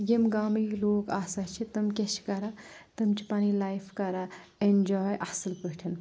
یِم گامٕکۍ لوٗکھ آسان چھِ تِم کیٛاہ چھِ کران تِم چھِ پنٕنۍ لایف کران ایٚنجاے اصٕل پٲٹھۍ